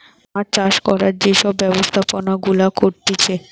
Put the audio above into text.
মাছ চাষ করার যে সব ব্যবস্থাপনা গুলা করতিছে